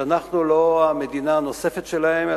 שאנחנו לא המדינה הנוספת שלהם,